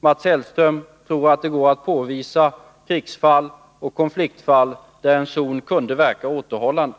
Mats Hellström tror att det går att påvisa krisoch konfliktfall där en zon kunde verka återhållande.